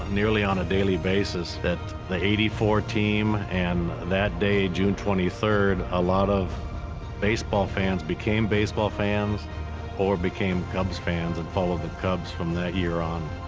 nearly on a daily basis, that the eighty four team and that day, june twenty third, a lot of baseball fans became baseball fans or became cubs fans and followed the cubs from that year on.